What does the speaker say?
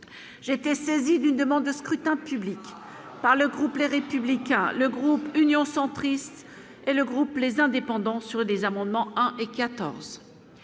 j'ai été saisi d'une demande de scrutin public par le groupe, les républicains, le groupe Union centriste et le groupe les indépendants sur des amendements et 14.